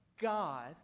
God